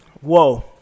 whoa